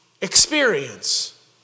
experience